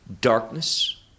darkness